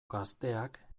gazteak